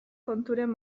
konturen